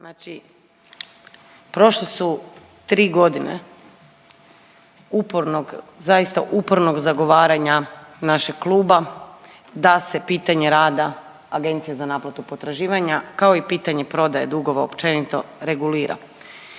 Znači prošle su tri godine upornog, zaista upornog zagovaranja našeg kluba da se pitanje rada Agencije za naplatu potraživanja kao i pitanje prodaje dugova općenito regulira.